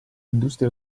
industrie